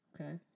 Okay